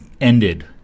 ended